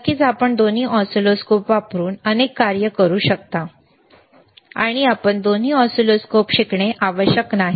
नक्कीच आपण दोन्ही ऑसिलोस्कोप वापरून अनेक कार्ये करू शकता आणि आपण दोन्ही ऑसिलोस्कोप शिकणे आवश्यक नाही